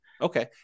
Okay